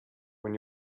when